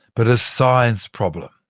but a science problem.